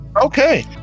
Okay